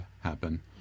happen